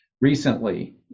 recently